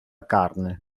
carne